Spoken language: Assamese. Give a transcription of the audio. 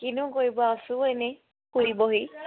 কিনো কৰিব আছোঁ এনেই শুই বহি